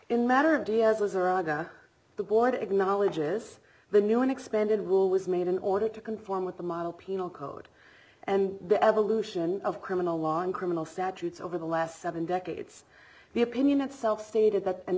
raga the board acknowledges the new and expanded will was made in order to conform with the model penal code and the evolution of criminal law in criminal statutes over the last seven decades the opinion itself stated that an